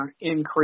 increase